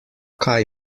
kaj